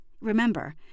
Remember